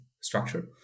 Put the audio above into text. structure